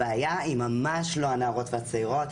הבעיה היא ממש לא הנערות והצעירות.